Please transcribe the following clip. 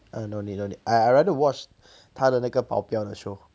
ah no need no need I I wanted to watch 他的那个保镖的 show